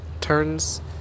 turns